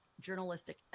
journalistic